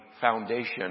foundation